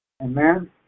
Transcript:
Amen